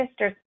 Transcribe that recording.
Mr